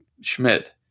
Schmidt